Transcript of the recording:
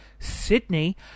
Sydney